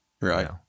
Right